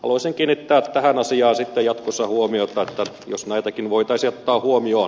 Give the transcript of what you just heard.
haluaisin kiinnittää tähän asiaan jatkossa huomiota että jos näitäkin voitaisiin ottaa huomioon